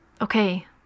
Okay